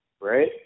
Right